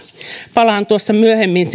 palaan tuossa myöhemmin